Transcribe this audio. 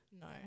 No